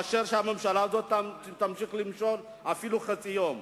עדיף מכך שהממשלה הזאת תמשיך למשול אפילו חצי יום,